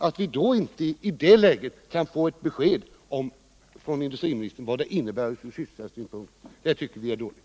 Att vi i det läget inte kan få ett besked från industriministern om vad Volvoaffären kommer att innebära från sysselsättningssynpunkt tycker vi är dåligt.